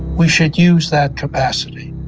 we should use that capacity.